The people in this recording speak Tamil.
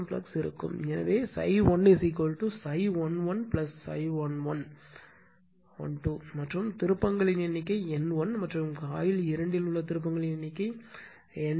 எனவே ∅1 ∅11 ∅11 மற்றும் திருப்பங்களின் எண்ணிக்கை N1 மற்றும் காயில் 2 இல் உள்ள திருப்பங்களின் எண்ணிக்கை N2